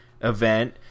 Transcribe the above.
event